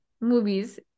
movies